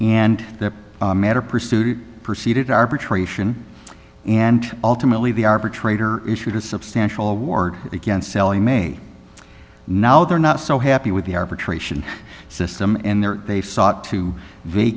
and that matter pursuit proceeded arbitration and ultimately the arbitrator issued a substantial award against selling may now they're not so happy with the arbitration system and there they sought to